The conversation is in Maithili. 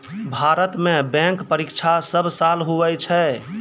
भारत मे बैंक परीक्षा सब साल हुवै छै